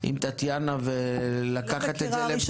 עם טטיאנה ולקחת את זה לבדיקה שלך?